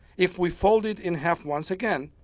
if we fold it in half once again,